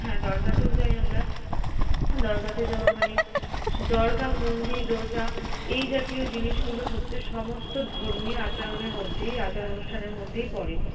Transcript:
হ্যাঁ দরগাতেও যাই আমরা দরগাতে যাওয়া মানে দরগা মন্দির রোজা এই জাতীয় জিনিসগুলো হচ্ছে সমস্ত ধর্মীয় আচরণের মধ্যেই আচার অনুষ্ঠানের মধ্যেই পড়ে